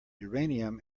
uranium